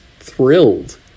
thrilled